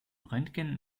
röntgen